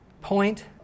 point